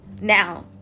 Now